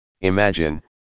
imagine